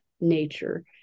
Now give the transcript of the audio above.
nature